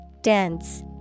Dense